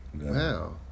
Wow